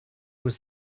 was